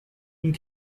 and